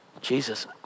Jesus